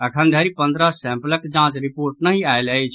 अखन धरि पन्द्रह सैंपलक जांच रिपोर्ट नहि आयल अछि